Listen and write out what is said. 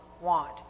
want